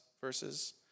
verses